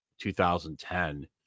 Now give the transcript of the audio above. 2010